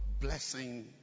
blessing